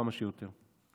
כמה שיותר.